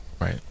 Right